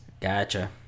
gotcha